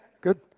Good